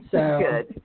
Good